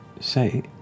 say